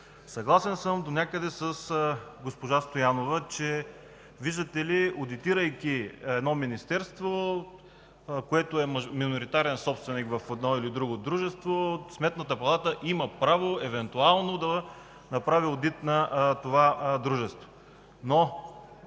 съгласен с госпожа Стоянова, че одитирайки едно министерство, което е миноритарен собственик в едно или друго дружество, Сметната палата има право евентуално да направи одит на това дружество. Но,